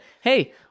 hey